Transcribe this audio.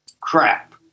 crap